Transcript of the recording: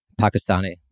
pakistani